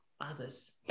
others